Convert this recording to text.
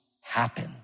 happen